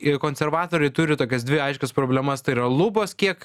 ir konservatoriai turi tokias dvi aiškias problemas tai yra lubos kiek